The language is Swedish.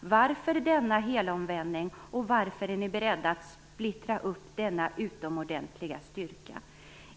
Varför denna helomvändning, och varför är ni beredda att splittra upp denna utomordentliga styrka?